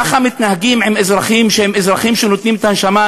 ככה מתנהגים עם אזרחים שהם אזרחים שנותנים את הנשמה,